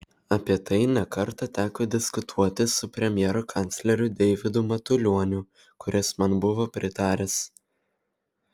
apie tai ne kartą teko diskutuoti su premjero kancleriu deividu matulioniu kuris man buvo pritaręs